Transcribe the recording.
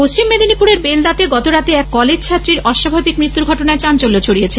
পশ্চিম মেদিনীপুরের বেলদাতে গতরাতে এক কলেজ ছাত্রীর অস্বাভাবিক মৃত্যুর ঘটনায় চাঞ্চল্য ছড়িয়েছে